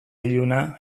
iluna